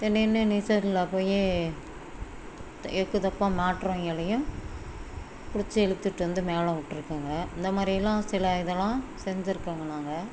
திடீர்னு நீச்சல்க்குள்ளே போய் த எக்குத் தப்பா மாட்டுறவிங்களையும் பிடிச்சி இழுத்துட்டு வந்து மேலே விட்ருக்கங்க இந்த மாதிரியெல்லாம் சில இதெலாம் செஞ்சுருக்கேங்க நாங்கள்